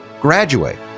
graduate